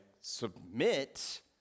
submit